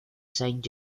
saint